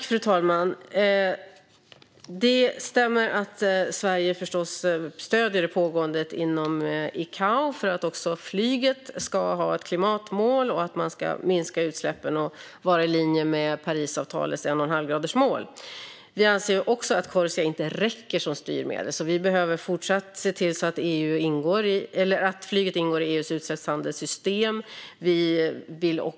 Fru talman! Det stämmer att Sverige stöder det som pågår inom ICAO för att också flyget ska ha ett klimatmål och för att man ska minska utsläppen och vara i linje med Parisavtalets 1,5-gradersmål. Vi anser inte heller att Corsia räcker som styrmedel, så vi behöver fortsätta att se till att flyget ingår i EU:s utsläppshandelssystem.